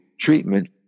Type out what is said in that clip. treatment